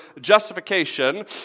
justification